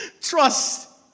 Trust